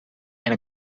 and